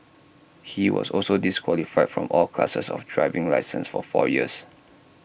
he was also disqualified from all classes of driving licenses for four years